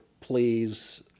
please